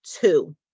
two